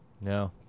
No